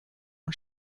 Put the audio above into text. und